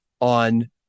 on